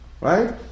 Right